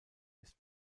ist